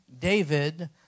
David